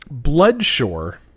Bloodshore